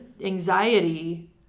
anxiety